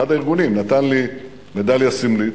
אחד הארגונים נתן לי מדליה סמלית,